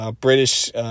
British